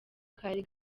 kari